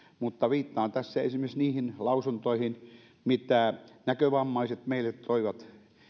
mutta viittaan tässä esimerkiksi niihin lausuntoihin joita näkövammaiset meille toivat